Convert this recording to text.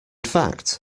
fact